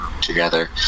together